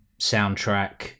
soundtrack